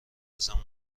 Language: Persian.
ازمون